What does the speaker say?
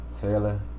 Taylor